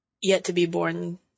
yet-to-be-born